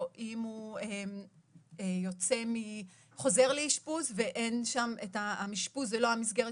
או אם הוא חוזר לאשפוז והאשפוז זאת לא המסגרת